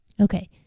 Okay